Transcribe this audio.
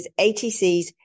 ATCs